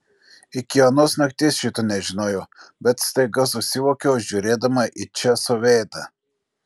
iki anos nakties šito nežinojau bet staiga susivokiau žiūrėdama į česo veidą